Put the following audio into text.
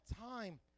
time